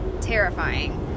terrifying